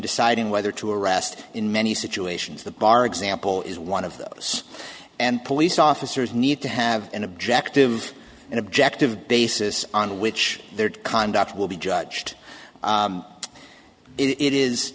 deciding whether to arrest in many situations the bar example is one of those and police officers need to have an objective and objective basis on which their conduct will be judged it is